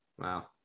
Wow